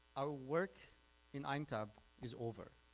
our work in aintab is over.